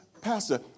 Pastor